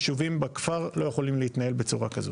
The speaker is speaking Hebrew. ישובים בכפר לא יכולים להתנהל בצורה כזאת.